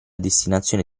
destinazione